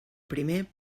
primer